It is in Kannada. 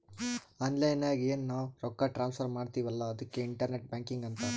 ಆನ್ಲೈನ್ ನಾಗ್ ಎನ್ ನಾವ್ ರೊಕ್ಕಾ ಟ್ರಾನ್ಸಫರ್ ಮಾಡ್ತಿವಿ ಅಲ್ಲಾ ಅದುಕ್ಕೆ ಇಂಟರ್ನೆಟ್ ಬ್ಯಾಂಕಿಂಗ್ ಅಂತಾರ್